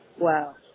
wow